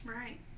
right